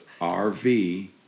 RV